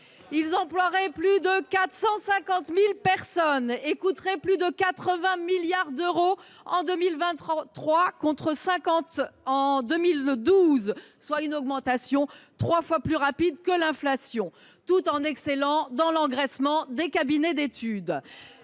emploieraient plus de 450 000 personnes et coûteraient plus de 80 milliards d’euros en 2023, contre 50 milliards d’euros en 2012, soit une augmentation trois fois plus rapide que l’inflation, tout en excellant dans l’engraissement des cabinets d’études.